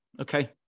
Okay